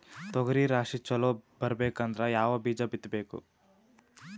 ತೊಗರಿ ರಾಶಿ ಚಲೋ ಬರಬೇಕಂದ್ರ ಯಾವ ಬೀಜ ಬಿತ್ತಬೇಕು?